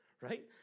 Right